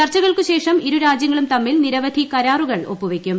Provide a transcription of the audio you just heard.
ചർച്ചകൾക്കുശേഷം ഇരുരാജ്യങ്ങളും തമ്മിൽ നിരവധി കരാറുകൾ ഒപ്പുവയ്ക്കും